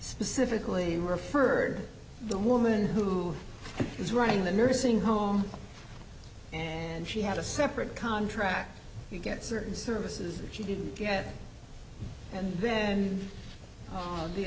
specifically referred the woman who was running the nursing home and she had a separate contract you get certain services you didn't get and then the